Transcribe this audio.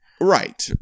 Right